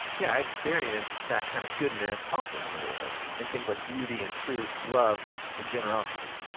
yeah, i experience that kind of goodness often in the world in things like beauty, and truth, love, and generosity.